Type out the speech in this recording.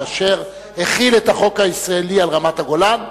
כאשר החיל את החוק הישראלי על רמת-הגולן,